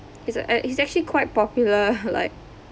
he's act~ he's actually quite popular like